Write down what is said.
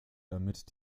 damit